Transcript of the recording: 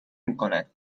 میکند